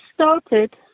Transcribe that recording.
started